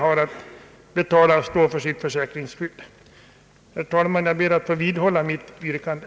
Herr talman! Jag vidhåller mitt yrkande.